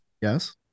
yes